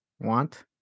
Want